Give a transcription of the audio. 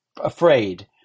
afraid